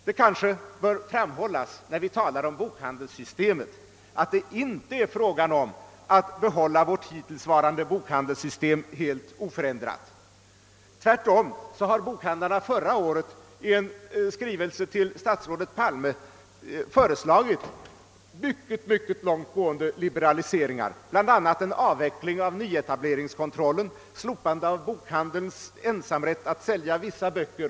Det kanske bör framhållas, när vi talar om bokhandelssystemet, att det inte är fråga om att behålla vårt hittillsvarande :bokhandelssystem =: helt oförändrat. Tvärtom har bokhandlarna förra våren i skrivelse till statsrådet Palme föreslagit mycket långt gående liberaliseringar — bl.a. avveckling av nyetableringskontrollen och slopande av bokhandelns ensamrätt att sälja vissa böcker.